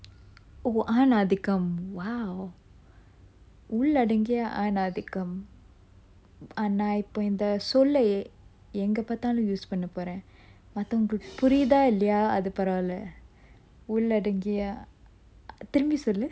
oh ஆணாதிக்கம்:aanathikkam !wow! உள்ளடங்கிய ஆணாதிக்கம் ஆனா இப்ப இந்த சொல்ல எங்க பாத்தாலும்:ulladangiya aanathikkam aana ippa intha solla enga pathalum use பண்ண போறன் மத்தவங்களுக்கு புரியுதா இல்லையா அது பரவால உள்ளடங்கிய திரும்பி சொல்லு:panna poran mathavangalukku puriyutha illaya athu paravala ulladangiya thirumbi sollu